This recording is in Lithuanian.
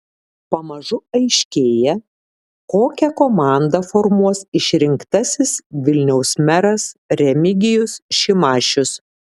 pamažu aiškėja kokią komandą formuos išrinktasis vilniaus meras remigijus šimašius